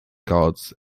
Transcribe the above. guards